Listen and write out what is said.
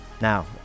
Now